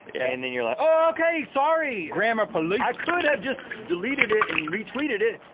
and then you're like, ohh okay! sorry! grammar police! i could have just deleted it and retweeted it,